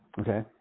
Okay